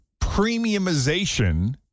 premiumization